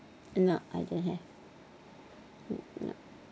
no I don't have mm mm